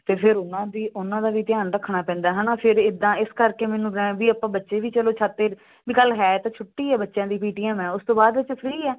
ਤੇ ਫਿਰ ਉਹਨਾਂ ਦੀ ਉਹਨਾਂ ਦਾ ਵੀ ਧਿਆਨ ਰੱਖਣਾ ਪੈਂਦਾ ਹਨਾ ਫੇਰ ਇਦਾਂ ਇਸ ਕਰਕੇ ਮੈਨੂੰ ਗਾ ਵੀ ਆਪਾਂ ਬੱਚੇ ਵੀ ਚਲੋ ਛੱਤ ਵੀ ਗੱਲ ਹੈ ਤਾਂ ਛੁੱਟੀ ਐ ਬੱਚਿਆਂ ਦੀ ਪੀ ਟੀ ਐਮ ਐ ਉਸ ਤੋਂ ਬਾਅਦ 'ਚ ਫਰੀ ਐ